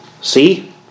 See